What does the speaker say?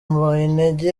mbonyintege